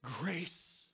grace